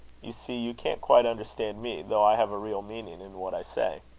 you see you can't quite understand me, though i have a real meaning in what i say.